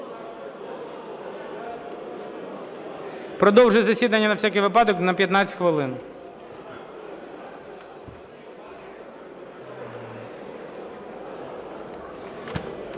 Продовжую засідання, на всякий випадок, на 15 хвилин.